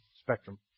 spectrum